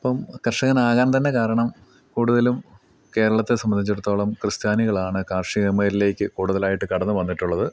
അപ്പം കർഷകനാകൻ തന്നെ കാരണം കൂടുതലും കേരളത്തെ സംബന്ധിച്ചെടുത്തോളം ക്രിസ്ത്യാനികളാണ് കാർഷിക മേഖലയിലേക്ക് കൂടുതലായിട്ട് കടന്നുവന്നിട്ടുള്ളത്